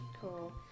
Cool